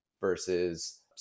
versus